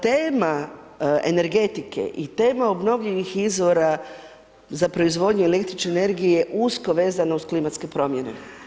Tema energetike i tema obnovljivih izvora za proizvodnju električne energije je usko vezana uz klimatske promjene.